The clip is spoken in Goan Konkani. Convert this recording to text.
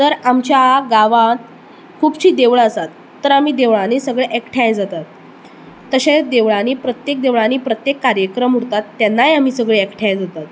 जर आमच्या गांवान खुबशीं देवळां आसात तर आमी देवळांनी सगळी एखठांय जातात तशेंच देवळांनी प्रत्येक देवळांनी प्रत्येक कार्यक्रम उरतात तेन्नाय आमी सगळी एखठांय जातात